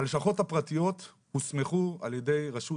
הלשכות הפרטיות הוסמכו על ידי רשות